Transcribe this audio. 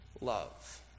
love